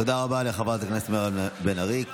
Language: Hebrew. תודה רבה לחברת הכנסת מירב בן ארי.